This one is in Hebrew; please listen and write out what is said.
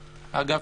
אגב,